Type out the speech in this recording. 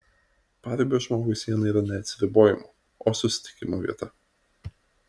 paribio žmogui siena yra ne atsiribojimo o susitikimo vieta